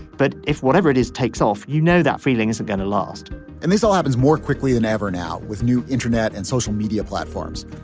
but if whatever it is takes off you know that feelings are going to last and this all happens more quickly than ever now with new internet and social media platforms.